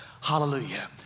hallelujah